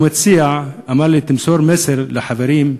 הוא מציע, אמר לי: תמסור מסר לחברים,